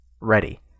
ready